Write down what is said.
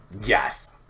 Yes